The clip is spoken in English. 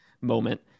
moment